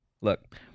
look